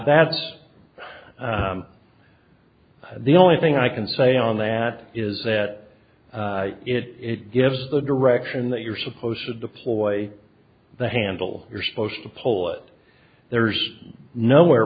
that's the only thing i can say on that is that it gives the direction that you're supposed to deploy the handle you're supposed to pull it there's nowhere